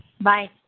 Bye